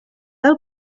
del